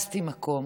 וחיפשתי מקום,